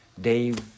Dave